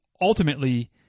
ultimately